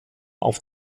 auf